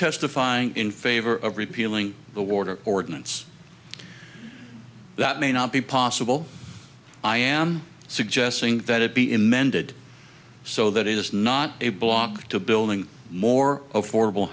testifying in favor of repealing the water ordinance that may not be possible i am suggesting that it be in mended so that is not a block to building more affordable